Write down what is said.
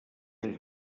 ells